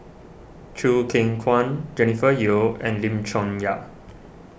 Choo Keng Kwang Jennifer Yeo and Lim Chong Yah